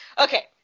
Okay